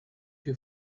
you